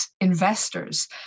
investors